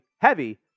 heavy